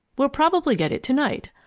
we'll probably get it to-night.